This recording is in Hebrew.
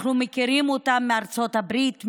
אנחנו מכירים אותם מארצות הברית,